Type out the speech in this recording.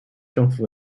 政府